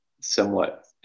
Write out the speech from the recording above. somewhat